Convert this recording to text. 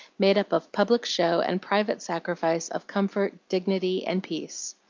made up of public show and private sacrifice of comfort, dignity, and peace.